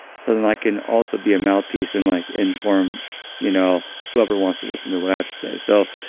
so then i can also be a mouthpiece and like inform you know whoever wants to listen to what i have to say. so,